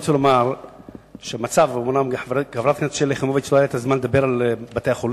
אומנם לחברת הכנסת יחימוביץ לא היה זמן לדבר על בתי-החולים,